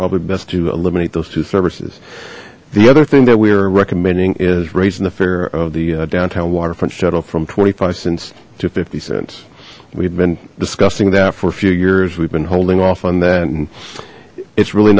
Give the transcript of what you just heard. probably best to eliminate those two services the other thing that we are recommending is raising the fare of the downtown waterfront shuttle from twenty five cents to fifty cents we've been discussing that for a few years we've been holding off on that and it's really